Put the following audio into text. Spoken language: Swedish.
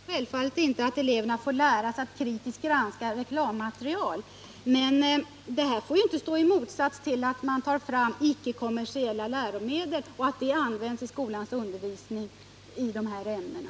Herr talman! Jag motsätter mig självfallet inte att eleverna får lära sig att kritiskt granska reklammaterial, men det får inte stå i motsats till att man tar fram icke-kommersiella läromedel och att de används i skolans undervisning i de här ämnena.